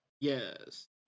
Yes